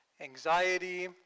anxiety